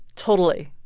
totally.